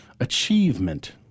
achievement